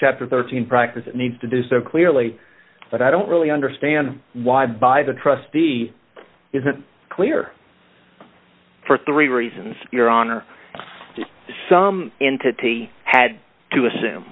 chapter thirteen practice it needs to do so clearly but i don't really understand why by the trustee isn't clear for three reasons your honor some entity had to assume